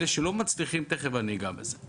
אלה שלא מצליחים תכף אני אגע בהם.